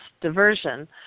Diversion